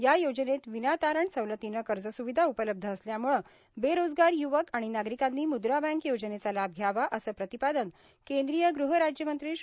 या योजनेत विना तारण सवलतीनं कर्ज स्रविधा उपलब्ध असल्यामुळं बेरोजगार युवक आणि नागरिकांनी मुद्रा बँक योजनेचा लाभ घ्यावा असं प्रतिपादन केंद्रीय गृहराज्य मंत्री श्री